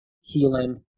healing